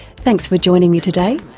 thanks for joining me today.